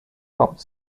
home